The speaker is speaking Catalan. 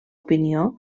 opinió